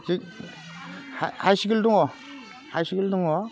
जि high school दङ